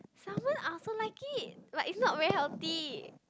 salmon I also like it like if not very healthy